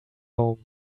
home